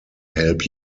help